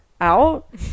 out